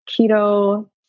keto